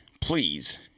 please